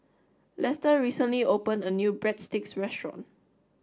Lester recently opened a new Breadsticks Restaurant